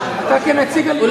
אתה כנציג הליכוד או נציג המורדים?